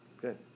Good